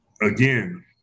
Again